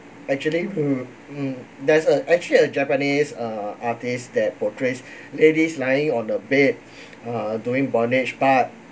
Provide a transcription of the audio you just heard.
actually hmm mm there's a actually a japanese uh artist that portrays ladies lying on the bed uh during bondage but